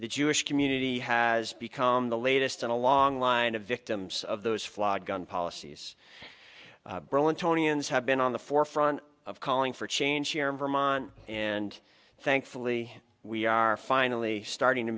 the jewish community has become the latest in a long line of victims of those flawed gun policies roland tony ans have been on the forefront of calling for change here in vermont and thankfully we are finally starting to